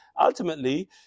ultimately